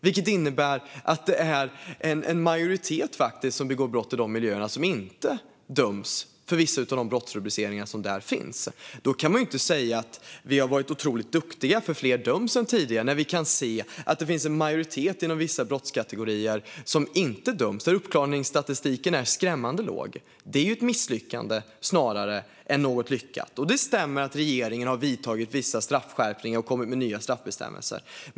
Det innebär att en majoritet av dem som begår brott i de miljöerna inte döms för vissa av de brottsrubriceringar som finns där. Då kan man inte säga: "Vi har varit otroligt duktiga, eftersom fler döms än tidigare." Vi kan ju se att en majoritet inom vissa brottskategorier inte döms och att uppklaringsstatistiken är skrämmande låg där. Det är ett misslyckande, snarare än något lyckat. Det stämmer att regeringen har infört vissa straffskärpningar och kommit med nya straffbestämmelser.